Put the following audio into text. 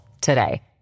today